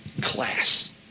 Class